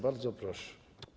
Bardzo proszę.